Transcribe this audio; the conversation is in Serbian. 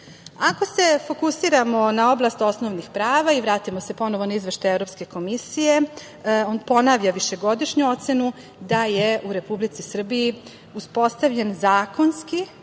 se fokusiramo na oblast osnovnih prava i vratimo se ponovo na Izveštaj Evropske komisije, on ponavlja višegodišnju ocenu da je u Republici Srbiji uspostavljen zakonski